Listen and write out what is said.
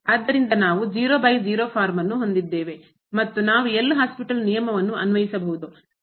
ಆದ್ದರಿಂದ ನಾವು 00 ಫಾರ್ಮ್ ಅನ್ನು ಹೊಂದಿದ್ದೇವೆ ಮತ್ತು ನಾವು ಎಲ್ ಹಾಸ್ಪಿಟಲ್ ನಿಯಮವನ್ನು ಅನ್ವಯಿಸಬಹುದು